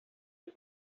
ist